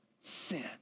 sin